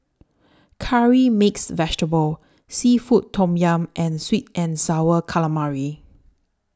Curry Mixed Vegetable Seafood Tom Yum and Sweet and Sour Calamari